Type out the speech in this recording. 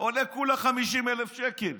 עולה כולה 50,000 שקל.